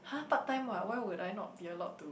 !huh! part time [what] why would I not be allowed to